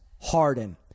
Harden